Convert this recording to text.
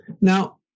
Now